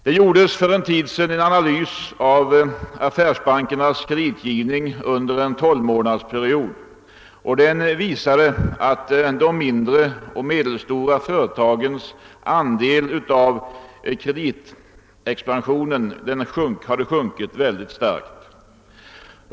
För en tid sedan gjordes en analys av affärsbankernas kreditgivning under en tolvmånadersperiod, och denna visade att de mindre och medelstora företagens andel av kreditexpansionen sjunkit starkt.